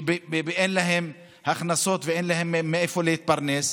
ואין להם הכנסות ואין להם מאיפה להתפרנס,